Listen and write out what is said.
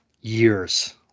years